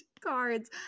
cards